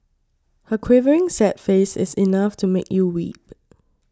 her quivering sad face is enough to make you weep